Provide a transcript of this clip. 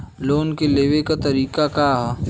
Loan के लेवे क तरीका का ह?